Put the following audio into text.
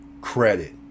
credit